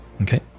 Okay